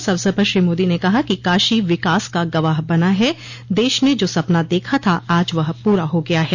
इस अवसर पर श्री मोदी ने कहा कि काशी विकास का गवाह बना है देश ने जो सपना देखा था आज वह पूरा हो गया है